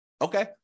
Okay